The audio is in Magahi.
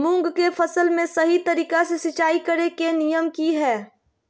मूंग के फसल में सही तरीका से सिंचाई करें के नियम की हय?